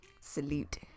salute